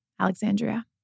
Alexandria